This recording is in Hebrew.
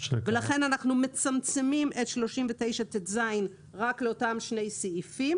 לכן אנחנו מצמצמים את 39טז רק לאותם שני סעיפים